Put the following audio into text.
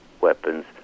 weapons